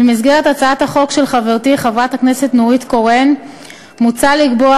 במסגרת הצעת החוק של חברתי חברת הכנסת נורית קורן מוצע לקבוע